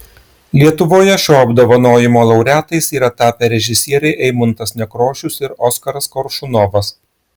lietuvoje šio apdovanojimo laureatais yra tapę režisieriai eimuntas nekrošius ir oskaras koršunovas